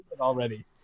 Already